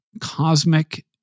cosmic